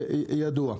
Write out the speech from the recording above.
ידוע.